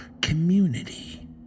community